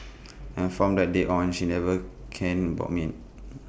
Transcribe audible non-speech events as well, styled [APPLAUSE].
and from that day on she never caned [UNINTELLIGIBLE]